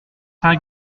saint